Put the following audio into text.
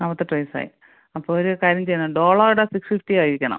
നാല്പത്തെട്ട് വയസ്സായി അപ്പോൾ ഒരു കാര്യം ചെയ്യണം ഡോളോയുടെ സിക്സ് ഫിഫ്റ്റി കഴിക്കണം